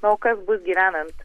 o kas bus gyvenant